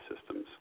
systems